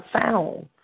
sound